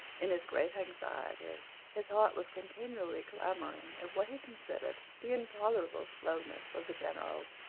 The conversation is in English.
in his great anxiety his heart was continually clamoring at what he considered the intolerable slowness of the generals.